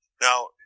Now